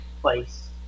place